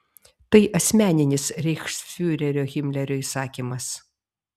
tai asmeninis reichsfiurerio himlerio įsakymas